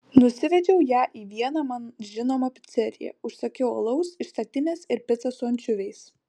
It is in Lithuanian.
nusivedžiau ją į vieną man žinomą piceriją užsakiau alaus iš statinės ir picą su ančiuviais